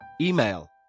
email